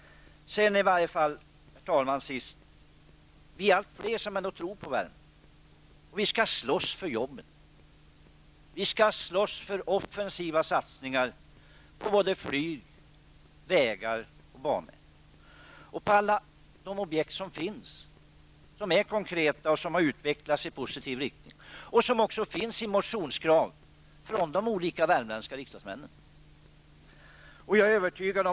Herr talman! Till sist: Allt fler tror ändå på Värmland. Vi skall slåss för jobben, för offensiva satsningar på både flyg, vägar, banor och på alla konkreta objekt som har utvecklats i positiv riktning. Här finns det också motionskrav från riksdagsmännen från Värmland.